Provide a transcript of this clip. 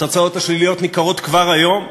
התוצאות השליליות ניכרות כבר היום.